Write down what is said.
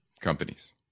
companies